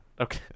Okay